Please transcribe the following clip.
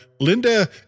Linda